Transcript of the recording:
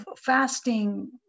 fasting